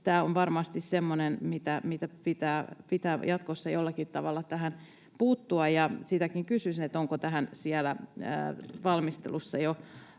Tämä on varmasti semmoinen, mihin pitää jatkossa jollakin tavalla puuttua, ja sitäkin kysyisin, onko tähän siellä valmistelussa jo